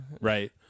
right